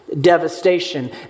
devastation